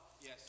Yes